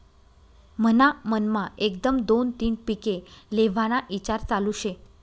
मन्हा मनमा एकदम दोन तीन पिके लेव्हाना ईचार चालू शे